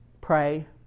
Pray